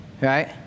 right